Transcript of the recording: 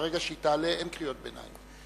ברגע שהיא תעלה, אין קריאות ביניים.